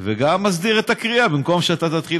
וגם מסדיר את הקריאה, במקום שאתה תתחיל